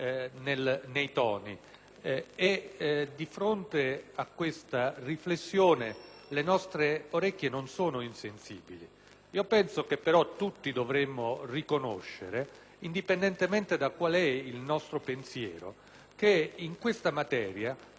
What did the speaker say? di fronte a questa riflessione le nostre orecchie non sono insensibili. Penso però che tutti dovremmo riconoscere, indipendentemente da qual è il nostro pensiero, che in questa materia si è rotto un